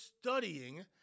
studying